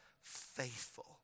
faithful